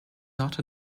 not